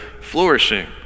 flourishing